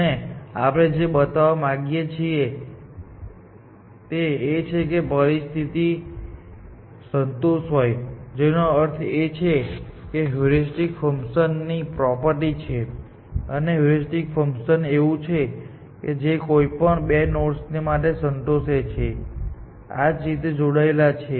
અને આપણે જે બતાવવા માંગીએ છીએ તે એ છે કે જો તે સ્થિતિથી સંતુષ્ટ હોય જેનો અર્થ એ છે કે તે હ્યુરિસ્ટિક ફંકશન ની પ્રોપર્ટી છે એક હ્યુરિસ્ટિક ફંકશન એવું છે જે તેને કોઈપણ 2 નોડ્સ માટે સંતોષે છે જે આ રીતે જોડાયેલા છે